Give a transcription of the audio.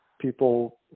people